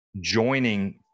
joining